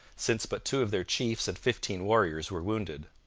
since but two of their chiefs and fifteen warriors were wounded.